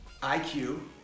IQ